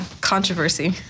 controversy